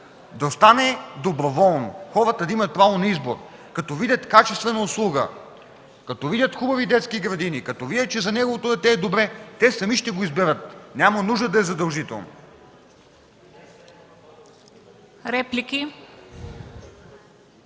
да стане доброволно! Хората да имат право на избор – като видят качествена услуга, като видят хубави детски градини, като видят, че за тяхното дете е добре, те сами ще го изберат и няма нужда да е задължително.